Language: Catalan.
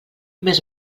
més